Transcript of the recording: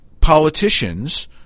politicians